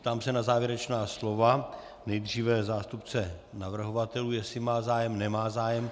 Ptám se na závěrečná slova, nejdříve zástupce navrhovatelů, jestli má zájem.